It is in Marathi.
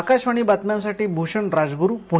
आकाशवाणीच्या बातम्यांसाठी भूषण राजगुरु पुणे